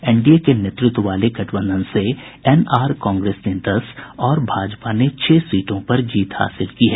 NDA के नेतृत्व वाले गठबंधन से एनआर कांग्रेस ने दस और भाजपा ने छह सीटों पर जीत हासिल की है